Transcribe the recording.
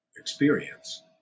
experience